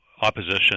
opposition